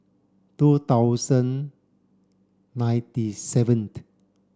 two thousand ninety seventh